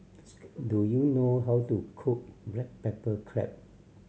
do you know how to cook black pepper crab